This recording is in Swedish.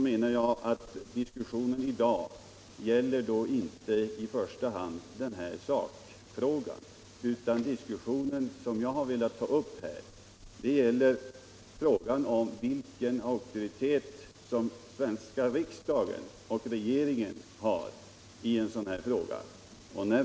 Debatten i dag gäller inte i första hand detta, utan den diskussion som jag har velat ta upp gäller vilken auktoritet som svenska riksdagen och regeringen har i en sådan här fråga.